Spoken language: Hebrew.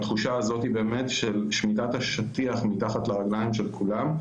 התחושה הזאת של שמיטת השטיח מתחת לרגליים של כולם.